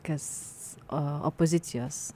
kas opozicijos